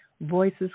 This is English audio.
voices